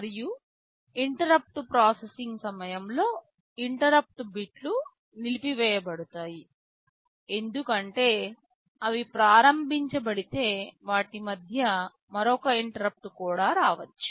మరియు interrupt processing సమయంలో interrupt బిట్లు నిలిపివేయబడతాయి ఎందుకంటే అవి ప్రారంభించబడితే వాటి మధ్య మరొక ఇంటరుప్పుట్ కూడా రావచ్చు